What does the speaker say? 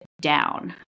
down